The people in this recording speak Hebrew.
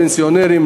פנסיונרים,